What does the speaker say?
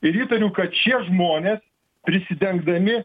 ir įtariu kad šie žmonės prisidengdami